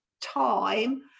time